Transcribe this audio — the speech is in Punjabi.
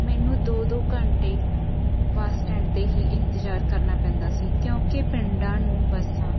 ਮੈਨੂੰ ਦੋ ਦੋ ਘੰਟੇ ਬਸ ਸਟੈਂਡ 'ਤੇ ਹੀ ਇੰਤਜ਼ਾਰ ਕਰਨਾ ਪੈਂਦਾ ਸੀ ਕਿਉਂਕਿ ਪਿੰਡਾਂ ਨੂੰ ਬੱਸਾਂ